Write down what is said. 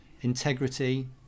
integrity